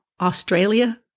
Australia